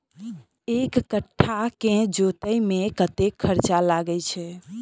एक कट्ठा केँ जोतय मे कतेक खर्चा लागै छै?